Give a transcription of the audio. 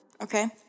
okay